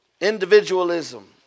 Individualism